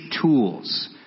tools